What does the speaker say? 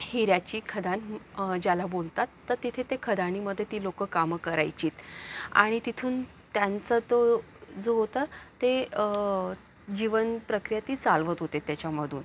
हिऱ्याची खदान ज्याला बोलतात तर तिथे ते खदानीमध्ये ती लोकं कामं करायची आणि तिथून त्यांचा तो जो होतं ते जीवनप्रक्रिया ती चालवत होते त्याच्यामधून